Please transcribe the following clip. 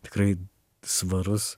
tikrai svarus